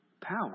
Power